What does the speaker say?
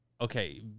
Okay